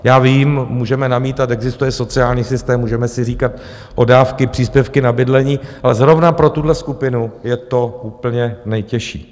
Já vím, můžeme namítat, existuje sociální systém, můžeme si říkat o dávky, příspěvky na bydlení, ale zrovna pro tuhle skupinu je to úplně nejtěžší.